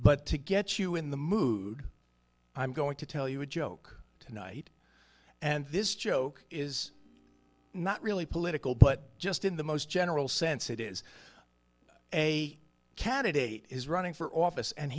but to get you in the mood i'm going to tell you a joke tonight and this joke is not really political but just in the most general sense it is a candidate is running for office and